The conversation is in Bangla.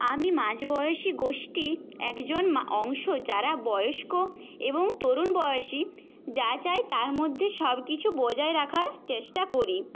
আমি মাঝবয়সি গোষ্টির একজন অংশ যারা বয়স্ক এবং তরুণ বয়সি যা চায় তার মধ্যে সবকিছু বজায় রাখার চেষ্টা করি